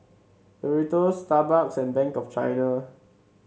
Doritos Starbucks and Bank of China